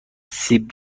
سیب